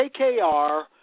KKR